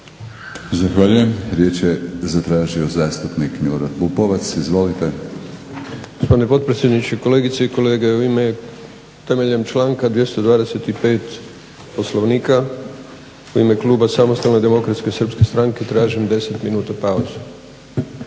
Zahvaljujem. Riječ je zatražio zastupnik Milorad Pupovac. Izvolite. **Pupovac, Milorad (SDSS)** Gospodine potpredsjedniče, kolegice i kolege, u ime, temeljem članka 225. Poslovnika u ime Kluba Samostalne Demokratske Srpske Stranke tražim 10 minuta pauzu.